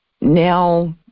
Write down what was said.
Now